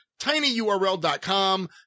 tinyurl.com